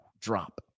drop